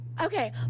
Okay